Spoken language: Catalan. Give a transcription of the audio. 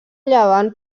llevant